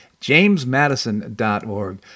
jamesmadison.org